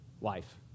life